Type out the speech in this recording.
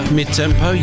Mid-tempo